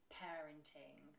parenting